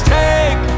take